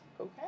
Okay